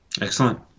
Excellent